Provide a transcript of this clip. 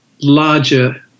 larger